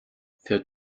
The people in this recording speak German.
für